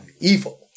evil